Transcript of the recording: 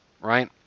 right